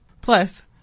Plus